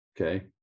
okay